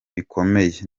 bikomeye